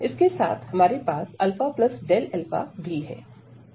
इसके साथ हमारे पास α भी है